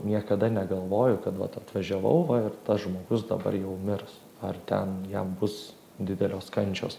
niekada negalvoju kad vat atvažiavau va ir tas žmogus dabar jau mirs ar ten jam bus didelios kančios